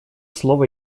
слово